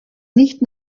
nicht